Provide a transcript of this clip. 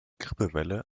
grippewelle